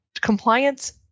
Compliance